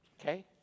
Okay